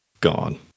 Gone